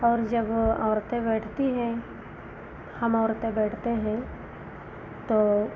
और जब औरतें बैठती हैं हम औरतें बैठते हैं तो